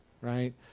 right